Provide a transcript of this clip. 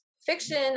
Fiction